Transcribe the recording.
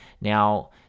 Now